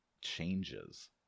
changes